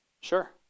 Sure